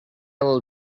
will